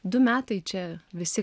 du metai čia visi